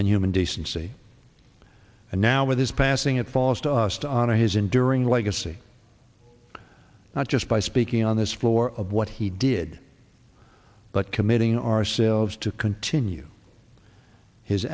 and human decency and now with his passing it falls to us to honor his enduring legacy not just by speaking on this floor of what he did but committing ourselves to continue his